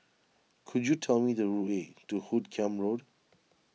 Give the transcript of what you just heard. could you tell me the way to Hoot Kiam Road